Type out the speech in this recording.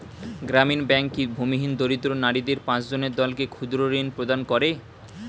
গ্রামীণ ব্যাংক কি ভূমিহীন দরিদ্র নারীদের পাঁচজনের দলকে ক্ষুদ্রঋণ প্রদান করে?